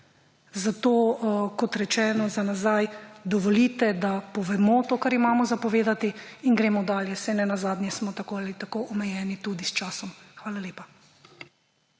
Zato kot rečeno, za nazaj, dovolite, da povemo to kar imamo za povedati in gremo dalje, saj nenazadnje smo tako ali tako omejeni tudi s časom. Hvala lepa.